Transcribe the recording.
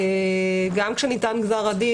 גם כשניתן גזר הדין,